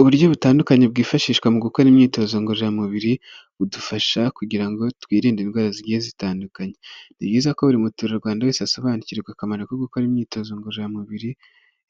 Uburyo butandukanye bwifashishwa mu gukora imyitozo ngororamubiri, budufasha kugira ngo twirinde indwara zigiye zitandukanye. Ni byiza ko buri muturarwanda wese asobanukirwa akamaro ko gukora imyitozo ngororamubiri,